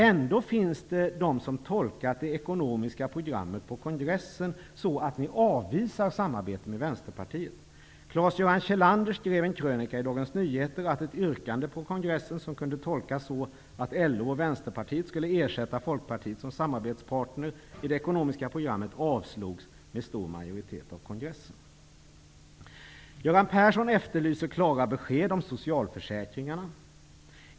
Ändå finns det de som tolkat det ekonomiska programmet på kongressen så att ni avvisar ett samarbete med Vänsterpartiet. Claes Göran Kjellander skrev i en krönika i Dagens Nyheter att ett yrkande på kongressen som kunde tolkas så att LO och Vänsterpartiet skulle ersätta Göran Persson efterlyser klara besked om socialförsäkringarna.